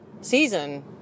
season